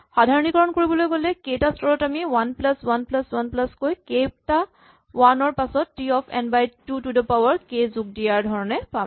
সাধাৰণীকৰণ কৰি ক'বলৈ গ'লে কে টা স্তৰত আমি one plus one plus one কৈ কে টা ৱান ৰ পাছত T of n by two to the power k যোগ দিয়া ধৰণে পাম